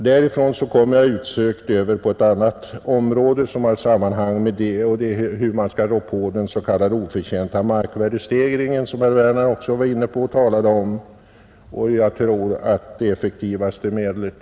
Därifrån kommer jag osökt in på ett annat område, frågan om hur vi skall kunna bemästra den s.k. oförtjänta markvärdestegring, som även herr Werner i Tyresö talade om.